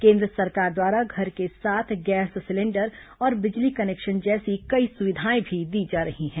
केन्द्र सरकार द्वारा घर के साथ गैस सिलेंडर और बिजली कनेक्शन जैसी कई सुविधाएं भी दी जा रही हैं